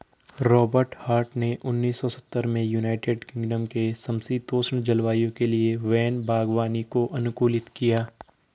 Robert Hart ने उन्नीस सौ सत्तर में यूनाइटेड किंगडम के समषीतोष्ण जलवायु के लिए वैन बागवानी को अनुकूलित किया